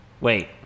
Wait